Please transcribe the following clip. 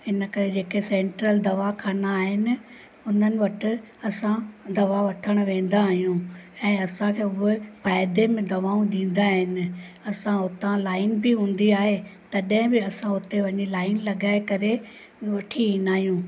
इन करे जेके सेंट्रल दवाख़ाना आहिनि हुननि वटि असां दवा वठणु वेंदा आहियूं ऐं असांखे उहे फ़ाइदे में दवाऊं ॾींदा आहिनि असां उतां लाइन बि हूंदी आहे तॾहिं बि असां हुते वञी लाइन लॻाए करे वठी ईंदा आहियूं